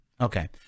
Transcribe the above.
Okay